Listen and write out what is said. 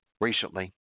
Recently